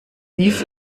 dies